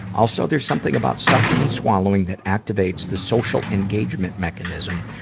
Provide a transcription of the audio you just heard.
also, there's something about sucking and swallowing that activates the social engagement mechanism,